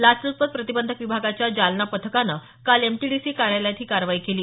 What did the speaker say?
लाचलुचपत प्रतिबंधक विभागाच्या जालना पथकानं काल एमटीडीसी कार्यालयात ही कारवाई केली